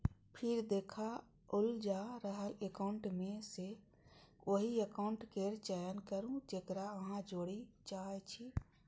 फेर देखाओल जा रहल एकाउंट मे सं ओहि एकाउंट केर चयन करू, जेकरा अहां जोड़य चाहै छी